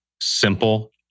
simple